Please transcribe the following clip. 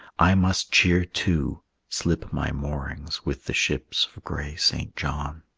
i must cheer too slip my moorings with the ships of gray st. john.